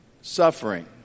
suffering